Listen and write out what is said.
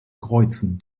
kreuzen